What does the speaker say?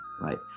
right